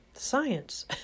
science